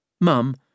Mum